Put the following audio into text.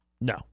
No